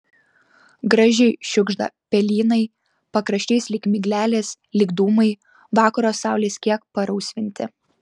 gražiai šiugžda pelynai pakraščiais lyg miglelės lyg dūmai vakaro saulės kiek parausvinti